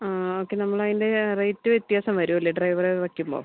ആ ഓക്കെ നമ്മളതിൻ്റെ റേറ്റ് വ്യത്യാസം വരും അല്ലേ ഡ്രൈവറെ വയ്ക്കുമ്പോൾ